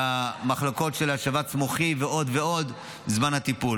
במחלקות של השבץ המוחי, ועוד ועוד, זמן הטיפול.